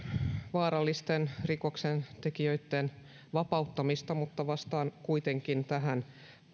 vaarallisten rikoksentekijöitten vapauttamista mutta vastaan kuitenkin tähän